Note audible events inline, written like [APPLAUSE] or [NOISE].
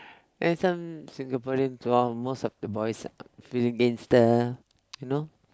and some Singaporean most of the boys feeling gangster [NOISE] you know